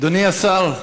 אדוני השר,